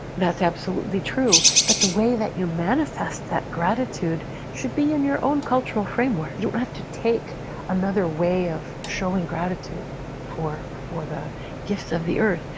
that's absolutely true, but the way that you manifest that gratitude should be in your own cultural framework. you don't have to take another way of showing gratitude for for the gifts of the earth.